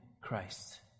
Christ